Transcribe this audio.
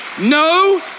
No